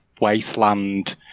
wasteland